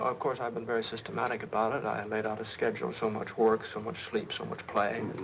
of course, i've been very systematic about it. i and laid out a schedule. so much work, so much sleep, so much play.